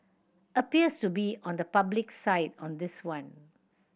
appears to be on the public's side on this one